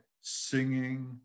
singing